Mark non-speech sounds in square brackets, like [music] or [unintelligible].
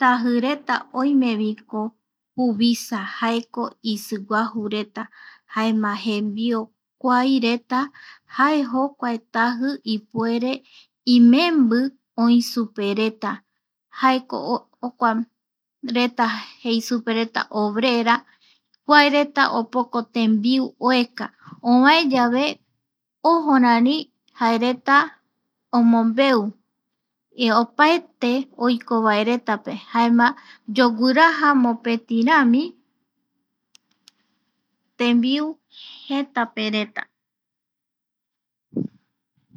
Tajireta oimeviko juvisa jaeko isiguajureta, jaema jembi o, kuaireta jae jokua taji ipuere imembi oi supereta, jaeko [unintelligible] jokua reta jei supereta obrera, kuae reta opoko tembiu oeka, ovae yave ojo rari jaereta omombeu opaete oiko vae reta pe, jaema yoguiraja mopeti rami (pausa)tembiu jëtäpe reta.